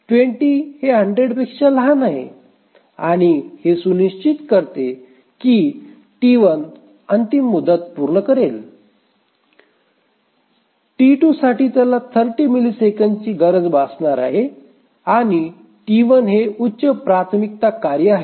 २० हे १०० पेक्षा लहान आहे आणि हे सुनिश्चित करते की T1 अंतिम मुदत पूर्ण करेल T2 साठी त्याला 30 मिलीसेकंदची गरज भासणार आहे आणि T1 हे उच्च प्राथमिकता कार्य आहे